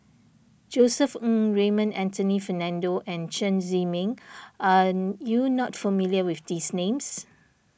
Josef Ng Raymond Anthony Fernando and Chen Zhiming are you not familiar with these names